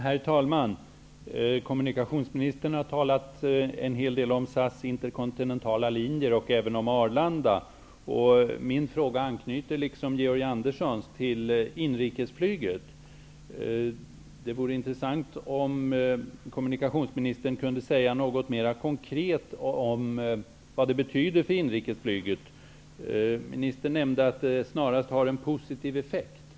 Herr talman! Kommunikationsministern har talat en hel del om SAS interkontinentala linjer och även om Arlanda. Mina frågor anknyter liksom Georg Anderssons till inrikesflyget. Det vore intressant, om kommunikationsministern kunde säga något mera konkret om vad samgåendet med andra bolag betyder för inrikestrafiken. Kommunikationsministern nämnde att det snarast har en positiv effekt.